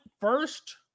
first